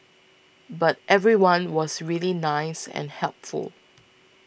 but everyone was really nice and helpful